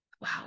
wow